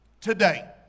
Today